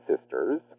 sisters